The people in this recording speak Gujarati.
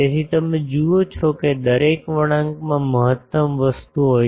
તેથી તમે જુઓ છો કે દરેક વળાંકમાં મહત્તમ વસ્તુ હોય છે